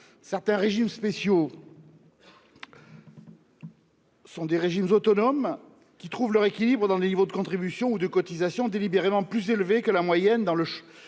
Certains régimes spéciaux sont des régimes autonomes, qui trouvent leur équilibre dans des niveaux de contribution ou de cotisations délibérément plus élevés que la moyenne.